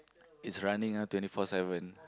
it's running uh twenty four seven